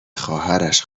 خواهرش